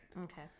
Okay